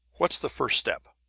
what's the first step?